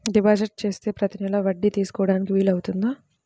Deposit చేస్తే ప్రతి నెల వడ్డీ తీసుకోవడానికి వీలు అవుతుందా?